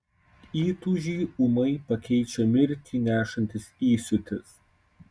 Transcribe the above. įtūžį ūmai pakeičia mirtį nešantis įsiūtis